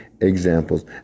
examples